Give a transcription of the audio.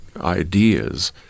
ideas